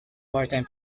wartime